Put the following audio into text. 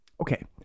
Okay